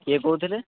କିଏ କହୁଥିଲେ